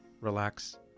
relax